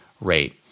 rate